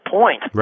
point